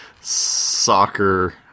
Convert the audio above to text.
soccer